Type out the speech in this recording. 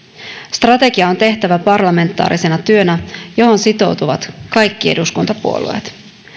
strategia on tehtävä parlamentaarisena työnä johon sitoutuvat kaikki eduskuntapuolueet